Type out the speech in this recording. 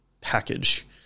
package